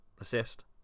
assist